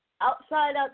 outside